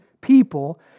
people